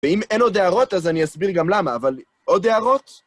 ואם אין עוד הערות, אז אני אסביר גם למה, אבל עוד הערות?